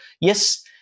yes